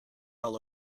all